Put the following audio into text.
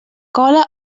cola